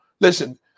listen